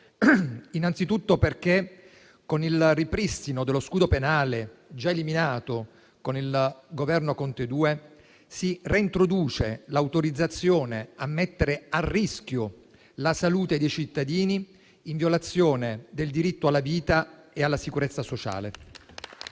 innanzi tutto perché, con il ripristino dello scudo penale, già eliminato con il Governo Conte II, si reintroduce l'autorizzazione a mettere a rischio la salute dei cittadini, in violazione del diritto alla vita e alla sicurezza sociale.